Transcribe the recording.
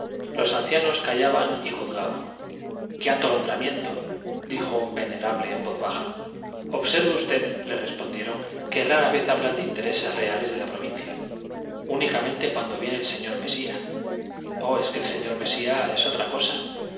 los ancianos callaban y juzgaban qué atolondramiento dijo un venerable en voz baja observe usted le respondieron que rara vez hablan de intereses reales de la provincia únicamente cuando viene el señor mesía oh es que el señor mesía es otra cosa